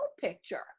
picture